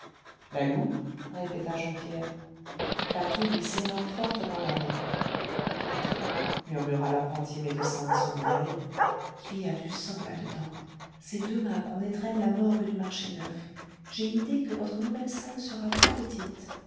la louve répéta jean pierre patou lui serra fortement la main patron murmura l'apprenti médecin à son oreille il y a du sang là-dedans c'est demain qu'on étrenne la morgue du marché neuf j'ai idée que votre nouvelle salle sera trop petite